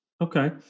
Okay